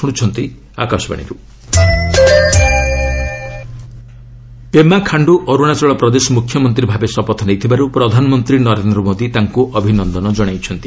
PM CM Arunachal Pema Khandu Arunachal Pradesh ମୁଖ୍ୟମନ୍ତ୍ରୀ ଭାବେ ଶପଥ ନେଇଥିବାର୍ ପ୍ରଧାନମନ୍ତ୍ରୀ ନରେନ୍ଦ୍ର ମୋଦି ତାଙ୍କୁ ଅଭିନନ୍ଦନ ଜଶାଇଛନ୍ତି